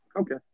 Okay